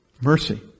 Mercy